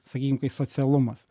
sakykim kai socialumas